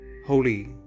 holy